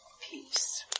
peace